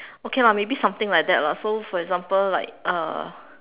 okay lah maybe something like that lah so for example like uh